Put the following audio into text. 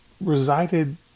resided